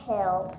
Hill